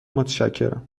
متشکرم